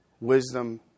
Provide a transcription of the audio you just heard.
wisdom